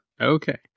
Okay